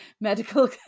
medical